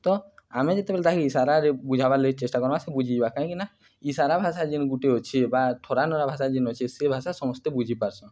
ତ ଆମେ ଯେତେବେଳେ ତାହାକେ ଇସାରାରେ ବୁଝାବାର୍ ଲାଗି ଚେଷ୍ଟା କରମା ସେ ବୁଝିଯିବା କାହିଁକିନା ଇସାରା ଭାଷା ଯେନ୍ ଗୁଟେ ଅଛେ ବା ଠରା ନରା ଭାଷା ଯେନ୍ ଅଛି ସେ ଭାଷା ସମସ୍ତେ ବୁଝିପାର୍ସନ୍ଁ